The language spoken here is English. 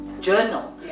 Journal